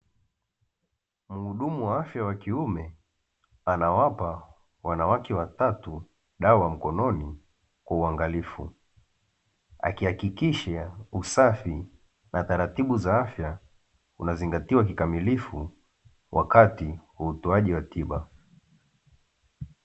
Muhudumu wa afya wa kiume anawapa wanawake watatu dawa mkononi kwa uangalifu, akihakikisha usafi na taratibu za afya unazingatiwa kikamilifu wakati wa utoaji wa tiba.